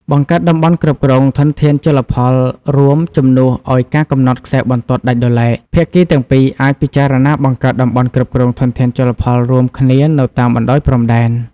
បង្កើតតំបន់គ្រប់គ្រងធនធានជលផលរួមជំនួសឱ្យការកំណត់ខ្សែបន្ទាត់ដាច់ដោយឡែក ភាគីទាំងពីរអាចពិចារណាបង្កើតតំបន់គ្រប់គ្រងធនធានជលផលរួមគ្នានៅតាមបណ្តោយព្រំដែន។